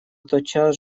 тотчас